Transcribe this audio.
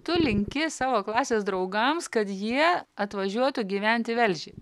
tu linki savo klasės draugams kad jie atvažiuotų gyvent į velžį